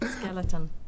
skeleton